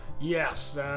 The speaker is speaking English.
Yes